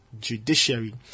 judiciary